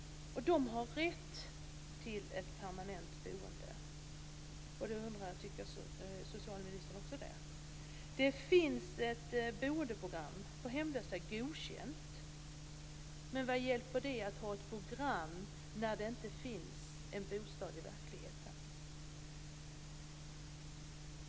De har rätt till ett permanent boende. Tycker socialministern också det? Det finns ett godkänt boendeprogram för hemlösa. Men vad hjälper det att ha ett program när det inte finns en bostad i verkligheten?